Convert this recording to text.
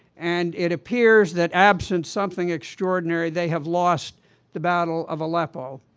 and it appears that, absent something extraordinary, they have lost the battle of aleppo.